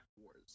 wars